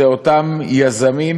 אלה אותם יזמים,